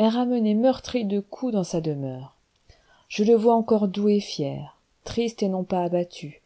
ramené meurtri de coups dans sa demeure je le vois encore doux et fier triste et non pas abattu